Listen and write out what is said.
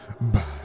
Bye